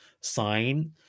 sign